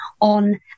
on